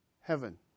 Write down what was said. heaven